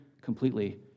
completely